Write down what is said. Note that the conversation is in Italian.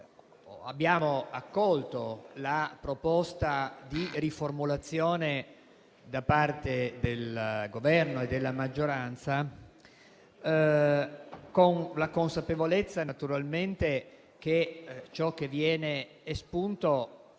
abbiamo accolto la proposta di riformulazione dell'ordine del giorno da parte del Governo e della maggioranza con la consapevolezza, naturalmente, che ciò che viene espunto